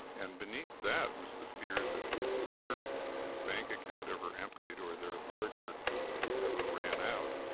and beneath that was the fear that if their bank account ever emptied or their larder ever ran out,